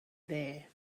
there